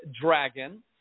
dragon